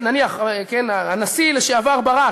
נניח הנשיא לשעבר ברק,